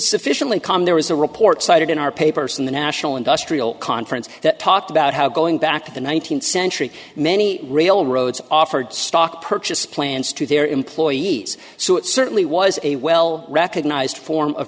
sufficiently calm there was a report cited in our papers in the national industrial conference that talked about how going back to the nineteenth century many railroads offered stock purchase plans to their employees so it certainly was a well recognized form of